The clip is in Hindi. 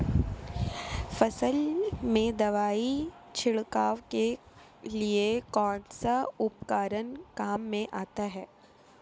फसल में दवाई छिड़काव के लिए कौनसा उपकरण काम में आता है?